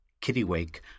Kittywake